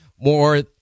more